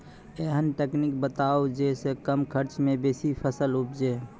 ऐहन तकनीक बताऊ जै सऽ कम खर्च मे बेसी फसल उपजे?